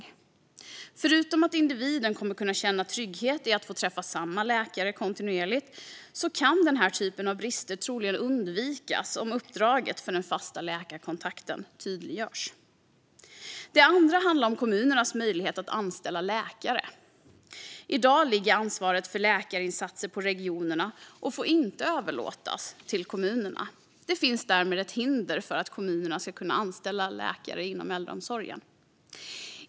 Om uppdraget för den fasta läkarkontakten tydliggörs kan det utöver att individen kommer att kunna känna en trygghet i att få träffa samma läkare kontinuerligt troligen också leda till att den här typen av brister undviks. Det andra förslaget handlar om kommunernas möjlighet att anställa läkare. I dag ligger ansvaret för läkarinsatser på regionerna och får inte överlåtas till kommunerna. Det finns därmed ett hinder för kommunerna att anställa läkare i äldreomsorgen.